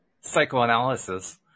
psychoanalysis